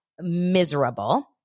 miserable